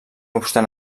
obstant